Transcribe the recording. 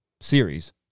series